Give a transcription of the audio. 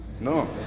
no